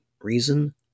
reason